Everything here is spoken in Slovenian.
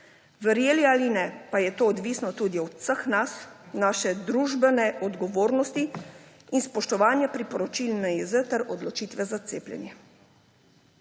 Verjeli ali ne, pa je to odvisno tudi od vseh nas, naše družbene odgovornosti in spoštovanja priporočil NIJZ ter odločitve za cepljenje.